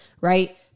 right